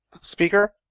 speaker